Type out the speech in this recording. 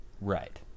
Right